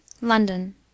LONDON